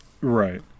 Right